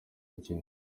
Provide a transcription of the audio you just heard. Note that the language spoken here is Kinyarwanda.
mukino